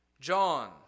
John